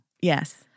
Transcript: Yes